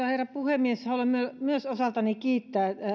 herra puhemies haluan myös osaltani kiittää